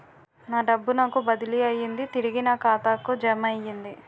నా డబ్బు నాకు బదిలీ అయ్యింది తిరిగి నా ఖాతాకు జమయ్యింది